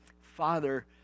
Father